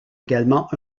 également